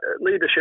leadership